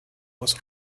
was